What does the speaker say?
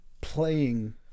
playing